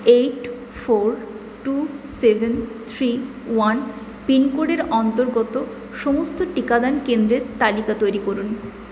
eight four two seven three one পিনকোডের অন্তর্গত সমস্ত টিকাদান কেন্দ্রের তালিকা করুন